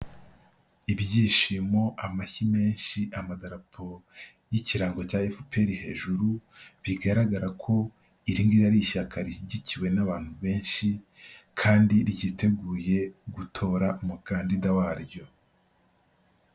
Ibyishimo, amashyi menshi, amadarapo y'ikirango cya FPR hejuru, bigaragara ko iri ngiri ari ishyaka rishyigikiwe n'abantu benshi, kandi ryiteguye gutora umukandida waryo.